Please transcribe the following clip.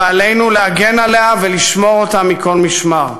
ועלינו להגן ולשמור עליה מכל משמר.